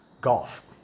golf